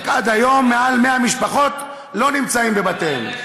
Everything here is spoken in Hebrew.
רק עד היום מעל 100 משפחות לא נמצאות בבתיהן.